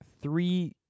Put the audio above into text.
three